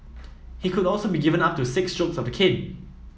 he could also be given up to six strokes of the cane